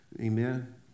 Amen